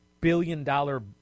billion-dollar